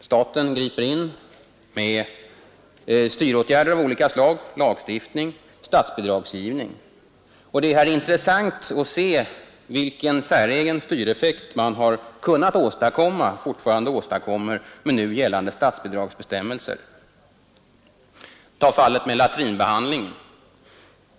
Staten griper in med styråtgärder av olika slag: lagstiftning och statsbidragsgivning. Det är intressant att se vilken säregen styreffekt man har kunnat åstadkomma och fortfarande åstadkommer med nu gällande statsbidragsbestämmelser. Ta fallet med latrinbehandling.